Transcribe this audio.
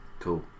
cool